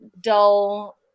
dull